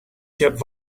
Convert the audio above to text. kept